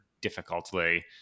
difficultly